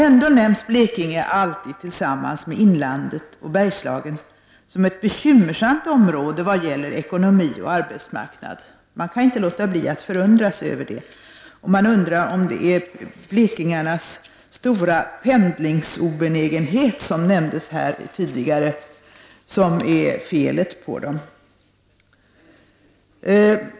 Ändå nämns Blekinge alltid tillsammans med inlandet och Bergslagen som ett bekymmersamt område vad gäller ekonomi och arbetsmarknad. Man kan inte låta bli att förundras över detta, och jag undrar om det är blekingarnas stora pendlingsobenägenhet, som nämndes nyss, som är orsaken.